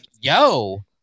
yo